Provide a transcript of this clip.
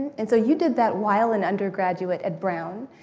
and so, you did that while an undergraduate at brown.